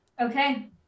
Okay